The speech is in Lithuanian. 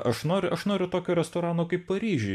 aš noriu aš noriu tokio restorano kaip paryžiuj